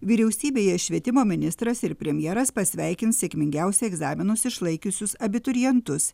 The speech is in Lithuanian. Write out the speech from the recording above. vyriausybėje švietimo ministras ir premjeras pasveikins sėkmingiausiai egzaminus išlaikiusius abiturientus